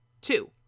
two